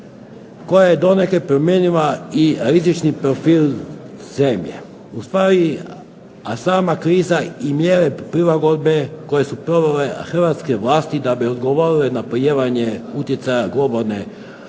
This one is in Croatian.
koja je donekle promijenila i rizični profil zemlje, a sama kriza i mjere prilagodbe koje su provele Hrvatske vlasti da bi odgovorile na ... utjecaja globalne